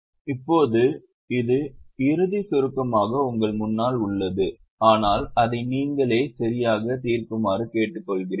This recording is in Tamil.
இப்போது இது இறுதிச் சுருக்கமாக உங்களுக்கு முன்னால் உள்ளது ஆனால் அதை நீங்களே சரியாக தீர்க்குமாறு கேட்டுக்கொள்கிறேன்